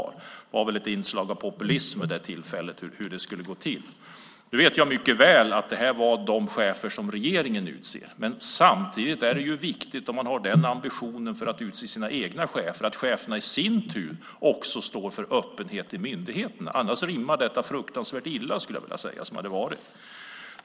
Hur det skulle gå till hade väl ett inslag av populism vid det tillfället. Nu vet jag mycket väl att det här var de chefer som regeringen utser, men samtidigt är det ju viktigt, om man har den ambitionen när det gäller att utse sina egna chefer, att cheferna i sin tur också står för öppenhet i myndigheterna. Annars rimmar detta fruktansvärt illa, skulle jag vilja säga.